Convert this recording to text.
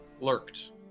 lurked